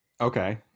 Okay